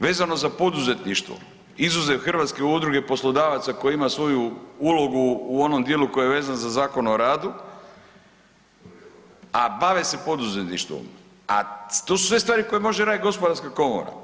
Vezano za poduzetništvo izuzev Hrvatske udruge poslodavaca koja ima svoju ulogu u onom dijelu koji je vezan za Zakon o radu, a bave se poduzetništvo, a to su sve stvari koje može raditi gospodarska komora.